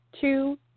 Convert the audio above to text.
two